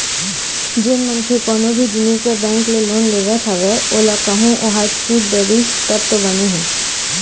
जेन मनखे कोनो भी जिनिस बर बेंक ले लोन लेवत हवय ओला कहूँ ओहा छूट डरिस तब तो बने हे